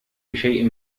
بشيء